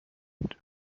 بود